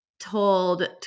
Told